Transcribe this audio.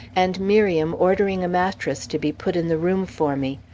and miriam ordering a mattress to be put in the room for me.